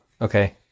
Okay